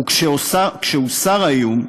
וכשהוסר האיום,